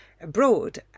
abroad